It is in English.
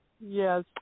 Yes